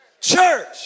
church